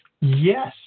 Yes